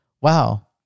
wow